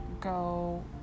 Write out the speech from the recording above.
go